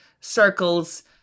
circles